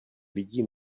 lidí